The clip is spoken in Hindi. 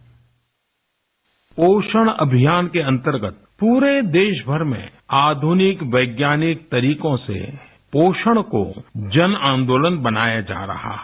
बाइट पोषण अभियान के अंतर्गत पूरे देशभर में आधुनिक वैज्ञानिक तरीकों से पोषण को जन आन्दोलन बनाया जा रहा है